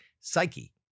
psyche